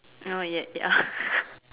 not yet ya